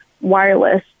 wireless